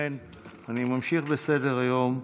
ולכן אני ממשיך בסדר-היום.